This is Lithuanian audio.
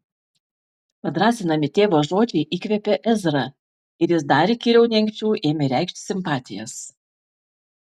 padrąsinami tėvo žodžiai įkvėpė ezrą ir jis dar įkyriau nei anksčiau ėmė reikšti simpatijas